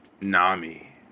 Nami